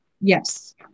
Yes